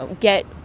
get